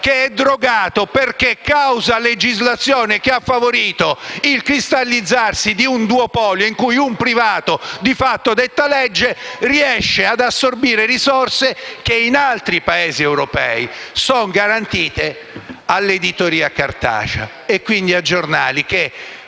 drogato a causa di una legislazione che ha favorito il cristallizzarsi di un duopolio, in cui un privato di fatto detta legge e riesce ad assorbire risorse che in altri Paesi europei sono garantite all'editoria cartacea e quindi a giornali che,